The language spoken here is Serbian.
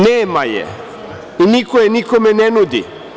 Nema je i niko je nikome ne nudi.